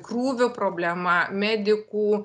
krūvių problema medikų